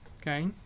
Okay